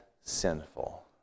sinful